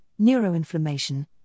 neuroinflammation